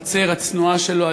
בחצר הצנועה שלו,